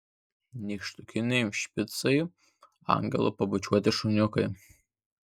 nykštukiniai špicai angelo pabučiuoti šuniukai